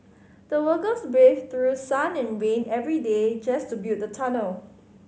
the workers braved through sun and rain every day just to build the tunnel